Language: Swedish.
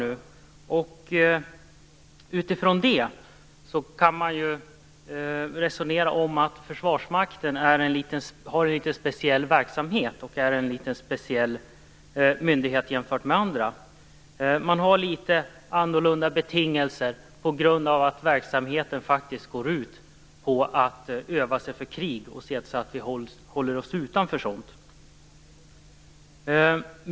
Utifrån detta kan man resonera om att Försvarsmakten har en litet speciell verksamhet och att den är en litet speciell myndighet jämfört med andra myndigheter. Betingelserna är litet annorlunda på grund av att verksamheten faktiskt går ut på att öva sig för krig och att se till att vi hålls utanför sådant.